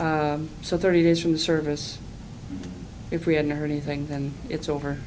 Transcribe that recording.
remember so thirty days from the service if we hadn't heard anything then it's over